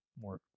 more